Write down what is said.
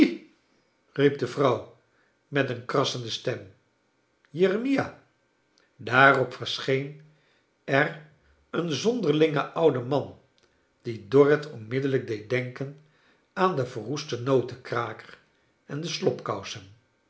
de vrouw met een krassende stem jeremia daarop verscheen er een zonderlinge oude man die dorrit onmiddellijk deed denken aan den ver roesten notenkraker en